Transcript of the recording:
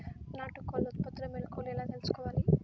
నాటుకోళ్ల ఉత్పత్తిలో మెలుకువలు ఎలా తెలుసుకోవాలి?